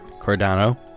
Cardano